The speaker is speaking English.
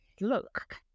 look